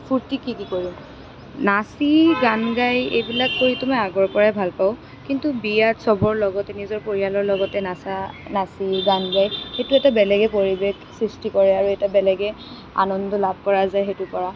ফূৰ্তি কি কি কৰিম নাচি গান গাই এইবিলাক কৰিতো মই আগৰ পৰাই ভাল পাওঁ কিন্তু বিয়াত সবৰ লগতে নিজৰ পৰিয়ালৰ লগতে নচা নাচি গান গাই সেইটো এটা বেলেগেই পৰিৱেশ সৃষ্টি কৰে আৰু এটা বেলেগেই আনন্দ লাভ কৰা যায় সেইটোৰ পৰা